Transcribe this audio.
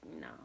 no